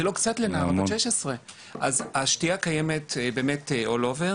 זה לא קצת לנערה בת 16. אז השתייה קיימת בכל מקום.